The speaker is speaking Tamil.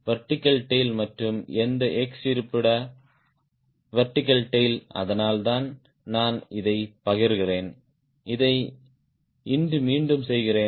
வெர்டிகல் டேய்ல் மற்றும் எந்த x இருப்பிட வெர்டிகல் டேய்ல் அதனால்தான் நான் இதைப் பகிர்கிறேன் இதை இன்று மீண்டும் செய்கிறேன்